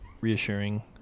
reassuring